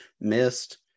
missed